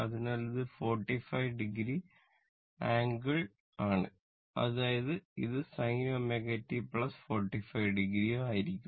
അതിനാൽ ഇത് 45 o angle ആണ് അതായത് ഇത് sin ω t 45 o ഉം ആയിരിക്കും